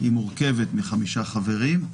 היא מורכבת מחמישה חברים.